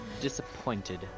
disappointed